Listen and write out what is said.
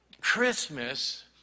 Christmas